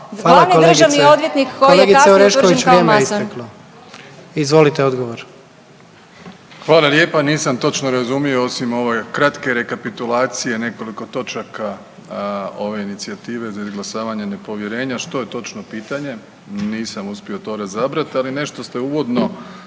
kolegice Orešković vrijeme je isteklo. Izvolite odgovor. **Plenković, Andrej (HDZ)** Hvala lijepa, nisam točno razumio osim ove kratke rekapitulacije nekoliko točaka ove inicijative za izglasavanje nepovjerenja što je točno pitanje, nisam uspio to razabrat, ali nešto ste uvodno